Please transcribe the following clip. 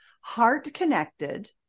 heart-connected